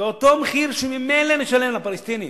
באותו מחיר שממילא נשלם לפלסטינים,